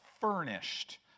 furnished